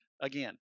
again